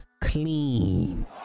clean